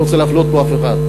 לא רוצה להפלות פה אף אחד,